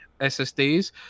SSDs